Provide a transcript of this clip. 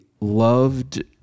loved